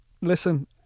Listen